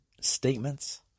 statements